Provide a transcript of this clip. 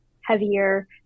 heavier